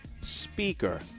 speaker